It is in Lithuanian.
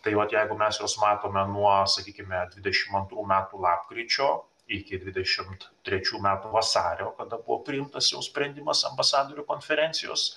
tai vat jeigu mes juos matome nuo sakykime dvidešim antrų metų lapkričio iki dvidešimt trečių metų vasario kada buvo priimtas sprendimas ambasadorių konferencijos